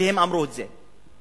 והם אמרו את זה.